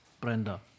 Brenda